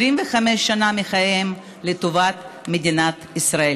25 שנה מחייהם לטובת מדינת ישראל,